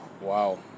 wow